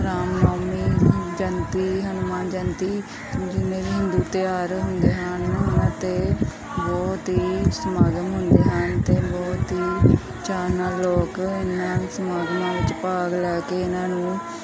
ਰਾਮ ਨੌਮੀ ਜਯੰਤੀ ਹਨੂੰਮਾਨ ਜੰਤੀ ਜਿਵੇਂ ਹਿੰਦੂ ਤਿਉਹਾਰ ਹੁੰਦੇ ਹਨ ਇਹਨਾਂ 'ਤੇ ਬਹੁਤ ਹੀ ਸਮਾਗਮ ਹੁੰਦੇ ਹਨ ਅਤੇ ਬਹੁਤ ਹੀ ਚਾਅ ਨਾਲ ਲੋਕ ਇਹਨਾਂ ਸਮਾਗਮਾਂ ਵਿੱਚ ਭਾਗ ਲੈ ਕੇ ਇਹਨਾਂ ਨੂੰ